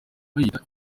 bayita